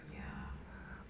ya